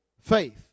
faith